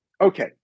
Okay